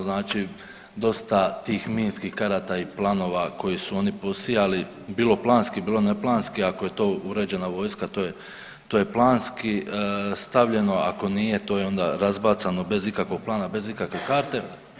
Znači dosta tih minskih karata i planova koji su oni posijali bilo planski, bilo neplanski ako je to uređena vojska to je planski stavljeno, ako nije to je onda razbacano bez ikakvog plana, bez ikakve karte.